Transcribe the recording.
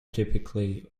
typically